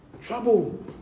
Trouble